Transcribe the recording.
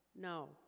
No